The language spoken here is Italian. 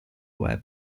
web